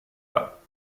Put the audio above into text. pas